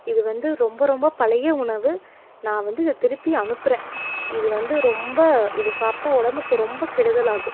இது வந்து ரொம்ப ரொம்ப பழைய உணவு நான் வந்து திருப்பி அனுப்புகிறேன் இது வந்து ரொம்ப இதை சாப்பிட்டா உடம்புக்கு ரொம்ப கெடுதலாகும்